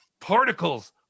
particles